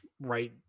right